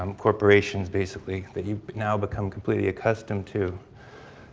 um corporations basically that you've now become completely accustomed to.